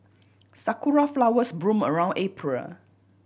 Sakura flowers bloom around April